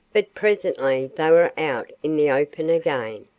but presently they were out in the open again,